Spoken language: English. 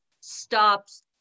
stops